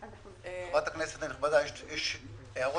חברת הכנסת הנכבדה, יש הערות